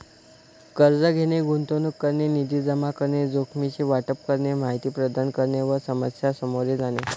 कर्ज घेणे, गुंतवणूक करणे, निधी जमा करणे, जोखमीचे वाटप करणे, माहिती प्रदान करणे व समस्या सामोरे जाणे